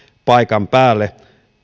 paikan päälle